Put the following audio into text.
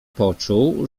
poczuł